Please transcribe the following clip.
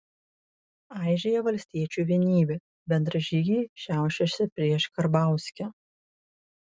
aižėja valstiečių vienybė bendražygiai šiaušiasi prieš karbauskį